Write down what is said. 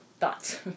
thoughts